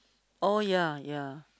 oh ya ya